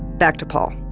back to paul